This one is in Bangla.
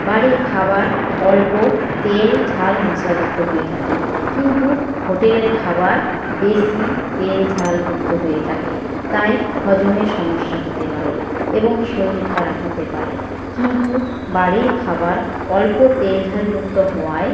বাড়ির খাবার অল্প তেল ঝাল মশলাযুক্ত হয়ে থাকে কিন্তু হোটেলের খাবার বেশি তেল ঝালযুক্ত হয়ে থাকে তাই হজমের সমস্যা হতে পারে এবং শরীর খারাপ হতে পারে কিন্তু বাড়ির খাবার অল্প তেল ঝালযুক্ত হওয়ায়